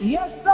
Yes